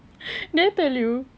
did I tell you